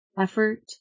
effort